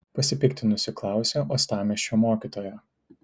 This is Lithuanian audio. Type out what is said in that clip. pasipiktinusi klausė uostamiesčio mokytoja